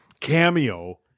cameo